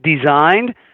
designed